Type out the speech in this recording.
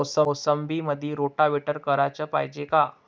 मोसंबीमंदी रोटावेटर कराच पायजे का?